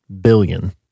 billion